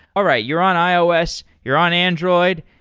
all right, you're on ios. you're on android.